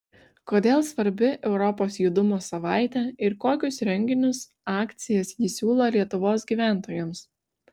kodėl svarbi europos judumo savaitė ir kokius renginius akcijas ji siūlo lietuvos gyventojams